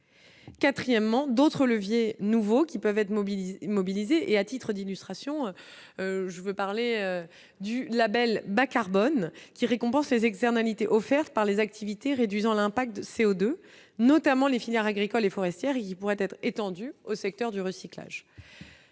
quatrièmement, d'autres leviers nouveaux qui peuvent être mobilisés et à titre d'illustration, je veux parler du Label bas carbone qui récompense les externalités offerte par les activités réduisant l'impact de CO2 notamment les filières agricoles et forestières, il pourrait être étendue au secteur du recyclage